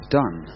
done